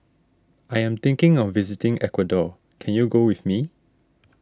I am thinking of visiting Ecuador can you go with me